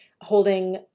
holding